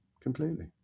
Completely